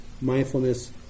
Mindfulness